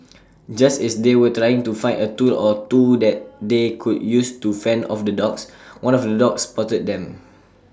just as they were trying to find A tool or two that they could use to fend off the dogs one of the dogs spotted them